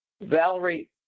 Valerie